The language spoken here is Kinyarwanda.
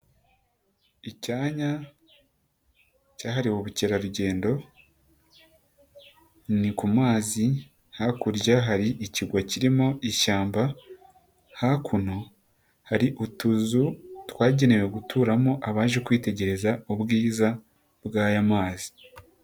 Icyanya cyahariwe ubukerarugendo, ni ku mazi hakurya hari ikirwa kirimo ishyamba, hakuno hari utuzu twagenewe guturamo abaje kwitegereza ubwiza bw'aya mazi.